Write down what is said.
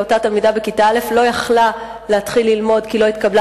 והיא בכיתה א' לא יכלה להתחיל ללמוד כי היא לא התקבלה